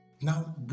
Now